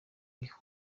iriho